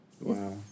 Wow